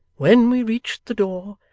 when we reached the door,